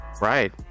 Right